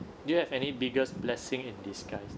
do you have any biggest blessing in disguise